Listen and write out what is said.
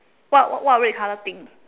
what what red color thing